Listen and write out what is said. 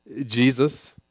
Jesus